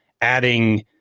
adding